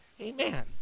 Amen